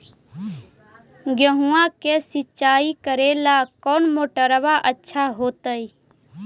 गेहुआ के सिंचाई करेला कौन मोटरबा अच्छा होतई?